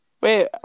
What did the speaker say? Wait